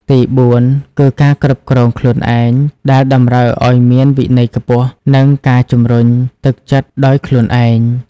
ទីបួន គឺ ការគ្រប់គ្រងខ្លួនឯង ដែលតម្រូវឱ្យមានវិន័យខ្ពស់ និងការជំរុញទឹកចិត្តដោយខ្លួនឯង។